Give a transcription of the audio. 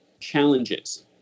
challenges